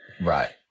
Right